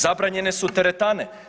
Zabranjene su teretane.